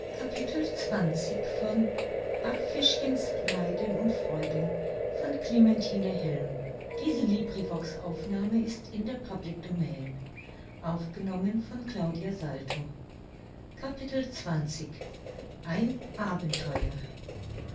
backfischchen's leiden und freuden eine